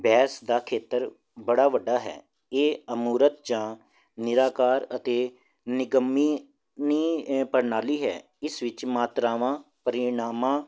ਬਹਿਸ ਦਾ ਖੇਤਰ ਬੜਾ ਵੱਡਾ ਹੈ ਇਹ ਅਮੂਰਤ ਜਾਂ ਨਿਰਾਕਾਰ ਅਤੇ ਨਿਗੰਮੀ ਨੀ ਪ੍ਰਣਾਲੀ ਹੈ ਇਸ ਵਿੱਚ ਮਾਤਰਾਵਾਂ ਪਰੀਨਾਵਾਂ